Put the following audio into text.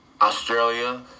Australia